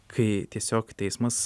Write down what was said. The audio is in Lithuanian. kai tiesiog teismas